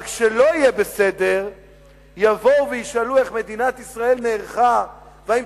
אבל כשלא יהיה בסדר יבואו וישאלו איך מדינת ישראל נערכה והאם